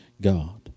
God